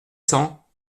cents